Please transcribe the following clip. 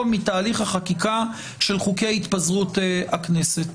מתהליך החקיקה של חוקי התפזרות הכנסת.